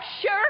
sure